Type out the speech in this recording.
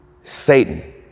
Satan